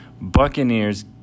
Buccaneers